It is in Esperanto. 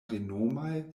renomaj